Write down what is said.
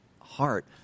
heart